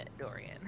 Dorian